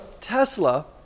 Tesla